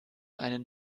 einen